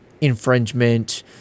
infringement